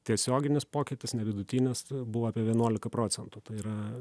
tiesioginis pokytis ne vidutinis buvo apie vienuolika procentų tai yra